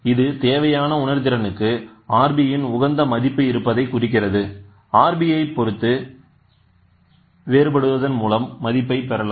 இது தேவையான உணர்திறனுக்கு Rb இன் உகந்த மதிப்பு இருப்பதைக் குறிக்கிறதுRb ஐ பொறுத்து வேறுபடுத்துவதன் மூலம் மதிப்பை பெறலாம்